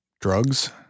drugs